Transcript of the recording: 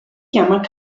chiama